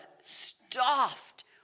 stuffed